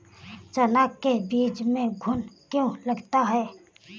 चना के बीज में घुन क्यो लगता है?